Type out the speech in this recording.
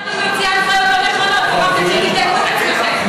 אני גם לא יכול להתערב בחקירה הפלילית של שוטרים,